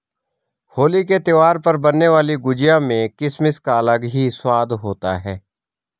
होली के त्यौहार पर बनने वाली गुजिया में किसमिस का अलग ही स्वाद होता है